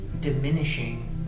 diminishing